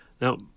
Now